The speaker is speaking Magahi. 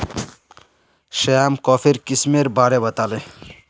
श्याम कॉफीर किस्मेर बारे बताले